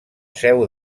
seu